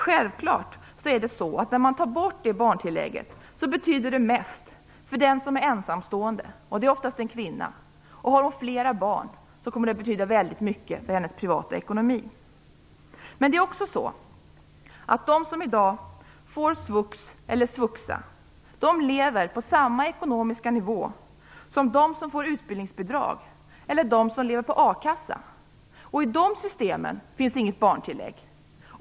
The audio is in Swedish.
När man tar bort det barntillägget är det självklart att det betyder mest för den som är ensamstående. Det är oftast en kvinna, och om hon har flera barn kommer det att betyda mycket för hennes privata ekonomi. Men det är också så att de som i dag får svux eller svuxa lever på samma ekonomiska nivå som de som får utbildningsbidrag eller de som lever på a-kassa. I de systemen finns inga barntillägg.